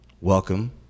welcome